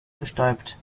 bestäubt